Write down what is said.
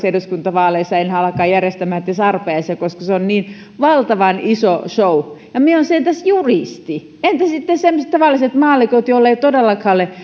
eduskuntavaaleissa alkaa järjestämään arpajaisia koska se on niin valtavan iso show ja minä olen sentään juristi entä sitten semmoiset tavalliset maallikot joilla ei todellakaan ole